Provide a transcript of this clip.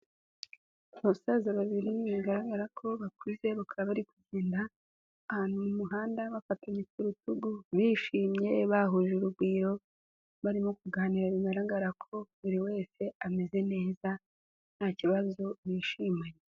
abasaza babiri bigaragara ko bakuze bakaba bari kugenda ahantu mu muhanda bafatanye ku rutugu bishimye bahuje urugwiro barimo kuganira bigaragara ko buri wese ameze neza nta kibazo bishimanye.